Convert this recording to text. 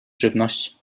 żywność